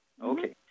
Okay